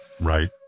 Right